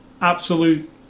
absolute